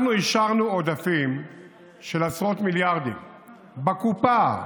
אנחנו השארנו עודפים של עשרות מיליארדים בקופה.